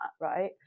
right